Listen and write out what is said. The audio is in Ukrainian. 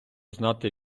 знати